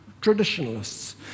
traditionalists